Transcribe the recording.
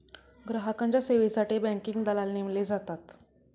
ग्राहकांच्या सेवेसाठी बँकिंग दलाल नेमले जातात